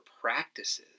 practices